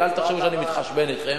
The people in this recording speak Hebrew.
כי אל תחשבו שאני מתחשבן אתכם,